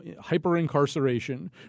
hyper-incarceration